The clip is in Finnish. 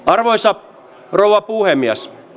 arvoisa rouva puhemies